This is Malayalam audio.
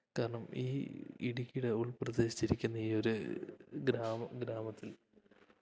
അത് കാരണം ഈ ഇടുക്കിയുടെ ഉൾപ്രദേശത്തിരിക്കുന്ന ഈ ഒര് ഗ്രാമ ഗ്രാമത്തിൽ